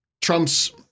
Trump's